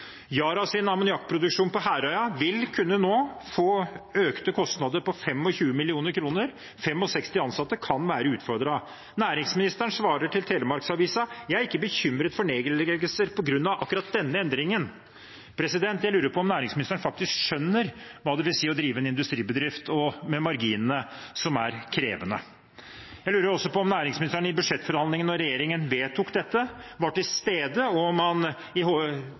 på Herøya vil nå kunne få økte kostnader på 25 mill. kr, og 65 ansatte kan være utfordret. Næringsministeren svarer til Telemarksavisa at han ikke er bekymret for nedleggelser på grunn av akkurat denne endringen. Jeg lurer på om næringsministeren faktisk skjønner hva det vil si å drive en industribedrift – og med de krevende marginene. Jeg lurer også på om næringsministeren i budsjettforhandlingene da regjeringen vedtok dette, var til stede, og